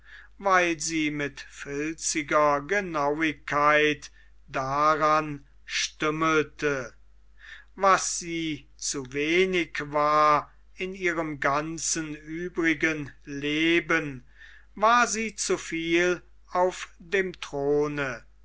weil sie mit filziger genauigkeit daran stümmelte was sie zu wenig war in ihrem ganzen übrigen leben war sie zu viel auf dem throne